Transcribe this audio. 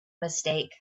mistake